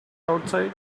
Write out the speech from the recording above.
outside